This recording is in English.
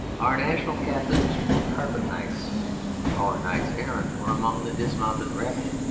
our national captains were carpet knights our knights errant were among the dismounted rabble.